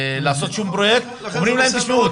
לעשות שום פרויקט אומרים להם 'תשמעו,